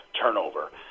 turnover